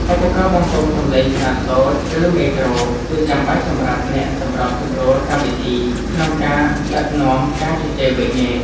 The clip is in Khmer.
ឧបករណ៍បំពងសំឡេងខ្នាតតូច ឬ មេក្រូ គឺចាំបាច់សម្រាប់អ្នកសម្របសម្រួលកម្មវិធី ក្នុងការដឹកនាំការជជែកវែកញែក។